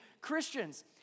Christians